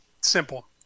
simple